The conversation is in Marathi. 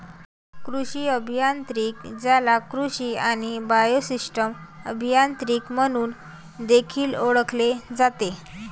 कृषी अभियांत्रिकी, ज्याला कृषी आणि बायोसिस्टम अभियांत्रिकी म्हणून देखील ओळखले जाते